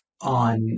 on